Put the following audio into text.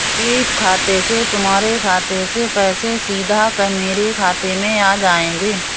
SVEEP खाते से तुम्हारे खाते से पैसे सीधा मेरे खाते में आ जाएंगे